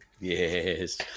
Yes